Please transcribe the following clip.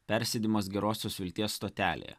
persėdimas gerosios vilties stotelėje